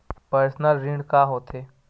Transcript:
Personal ऋण का होथे?